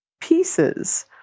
pieces